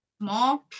small